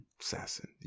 Assassin